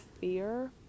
fear